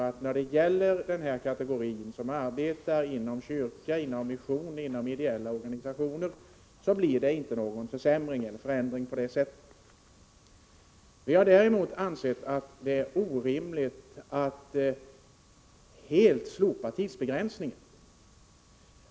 För den kategori som arbetar inom kyrka, mission och ideella organisationer blir det inte någon försämring eller förändring. Vi har ansett att det är orimligt att helt slopa tidsbegränsningen.